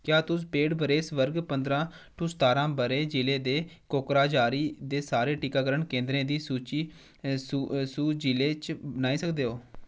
क्या तुस पेड बरेस वर्ग पंदरां टू सतारां ब'रे जि'ले दे कोकराझारी दे सारे टीकाकरण केंदरें दी सूची बनाई सकदे ओ